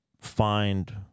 find